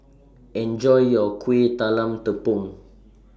Enjoy your Kuih Talam Tepong